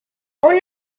una